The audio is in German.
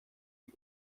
die